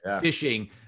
fishing